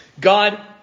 God